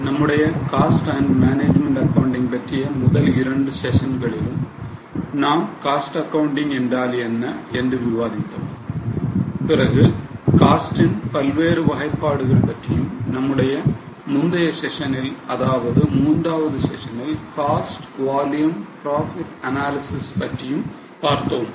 நம்முடைய Cost and Management Accounting பற்றிய முதல் இரண்டு செஷன்களிலும் நாம் காஸ்ட் ஆக்கவுண்டிங் என்றால் என்ன என்று விவாதித்தோம் பிறகு காஸ்டின் வெவ்வேறு வகைப்பாடுகள் பற்றியும் நம்முடைய முந்தைய சேஷனில் அதாவது மூன்றாவது சேஷனில் Cost Volume Profit Analysis பற்றியும் பார்த்தோம்